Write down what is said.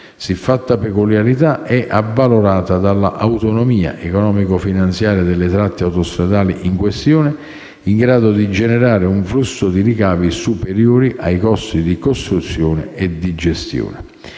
Siffatta peculiarità è avvalorata dalla autonomia economico-finanziaria delle tratte autostradali in questione, in grado di generare un flusso di ricavi superiore ai costi di costruzione e di gestione.